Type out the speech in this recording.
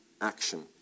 action